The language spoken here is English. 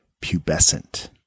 pubescent